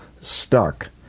stuck